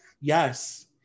Yes